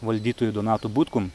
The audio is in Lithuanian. valdytoju donatu butkum